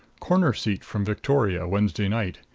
corner seat from victoria, wednesday night.